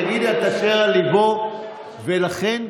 יגיד את אשר על ליבו, ולכן,